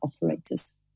operators